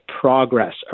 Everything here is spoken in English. progress